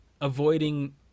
avoiding